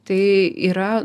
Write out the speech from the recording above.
tai yra